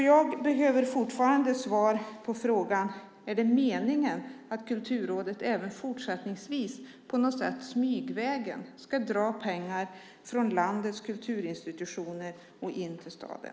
Jag behöver fortfarande svar på frågan: Är det meningen att Kulturrådet även fortsättningsvis, smygvägen, ska dra pengar från landets kulturinstitutioner och in till staden?